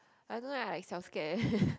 I don't know I like siao scared eh